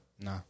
No